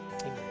Amen